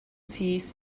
stands